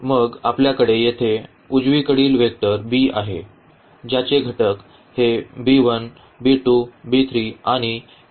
मग आपल्याकडे येथे उजवीकडील वेक्टर b आहे ज्याचे घटक हे आहेत